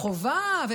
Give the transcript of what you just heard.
חובה,